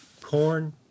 corn